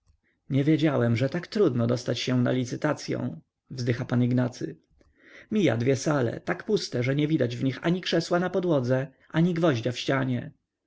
nie wiedziałem że tak trudno dostać się na licytacyą wzdycha pan ignacy mija dwie sale tak puste że nie widać w nich ani krzesła na podłodze ani gwoździa w ścianie